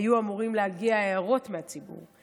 היו אמורות להגיע הערות מהציבור.